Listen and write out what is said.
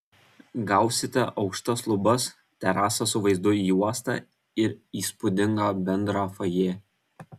gausite aukštas lubas terasą su vaizdu į uostą ir įspūdingą bendrą fojė